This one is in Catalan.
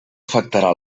afectarà